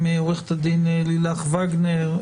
עו"ד וגנר,